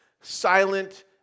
silent